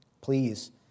please